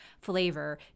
flavor